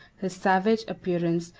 his savage appearance,